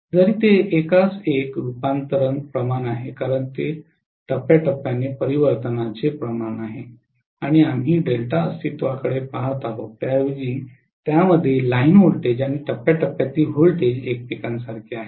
जरी ते 1 1 रूपांतरण प्रमाण आहे कारण ते टप्प्याटप्प्याने परिवर्तनाचे प्रमाण आहे आणि आम्ही डेल्टा अस्तित्वाकडे पहात आहोत त्याऐवजी त्यामध्ये लाइन व्होल्टेज आणि टप्प्यातील व्होल्टेज एकमेकांसारखे आहेत